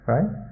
Right